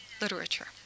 literature